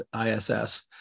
ISS